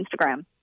Instagram